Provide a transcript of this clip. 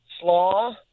slaw